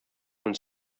von